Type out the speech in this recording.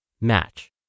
match